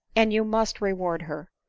and you must reward her.